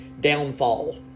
downfall